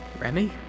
Remy